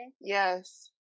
Yes